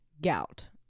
Gout